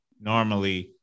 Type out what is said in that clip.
normally